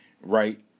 right